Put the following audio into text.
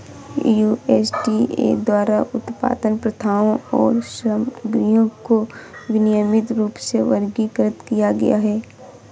USDA द्वारा उत्पादन प्रथाओं और सामग्रियों को विनियमित रूप में वर्गीकृत किया गया है